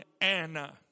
Anna